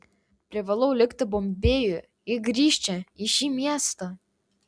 privalau likti bombėjuje ji grįš čia į šį miestą